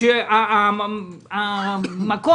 שהחנות